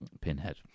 Pinhead